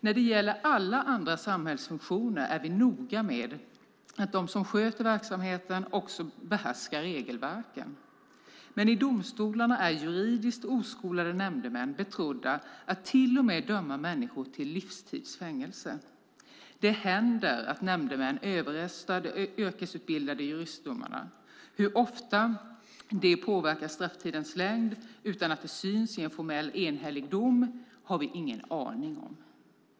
När det gäller alla andra samhällsfunktioner är vi noga med att de som sköter verksamheten också behärskar regelverken. Men i domstolarna är juridiskt oskolade nämndemän betrodda att till och med döma människor till livstids fängelse. Det händer att nämndemän överröstar de yrkesutbildade juristdomarna. Hur ofta de påverkar strafftidens längd utan att det syns i en formellt enhällig dom har vi ingen aning om.